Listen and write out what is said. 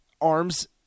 arms